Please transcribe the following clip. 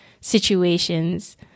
situations